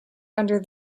under